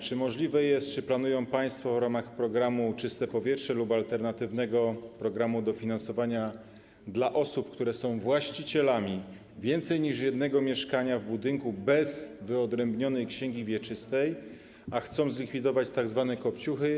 Czy możliwe jest, że planują państwo w ramach programu ˝Czyste powietrze˝ lub alternatywnego programu dofinansowania dla osób, które są właścicielami więcej niż jednego mieszkania w budynku bez wyodrębnionej księgi wieczystej, a chcą zlikwidować tzw. kopciuchy.